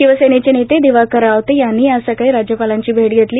शिवसेनेचे नेते दिवाकर रावते यांनीही आज सकाळी राज्यपालांची भेट घेतली